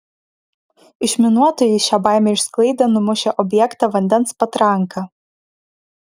išminuotojai šią baimę išsklaidė numušę objektą vandens patranka